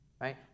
right